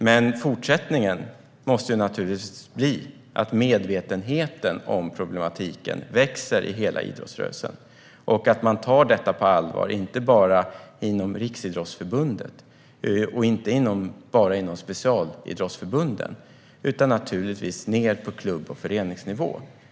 Men fortsättningen måste naturligtvis bli att medvetenheten om problematiken växer i hela idrottsrörelsen och att man tar detta på allvar, inte bara inom Riksidrottsförbundet eller specialidrottsförbunden utan ända ned på klubb och föreningsnivå.